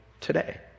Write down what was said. today